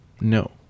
no